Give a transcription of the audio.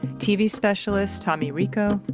tv specialist tommy rico,